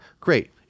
Great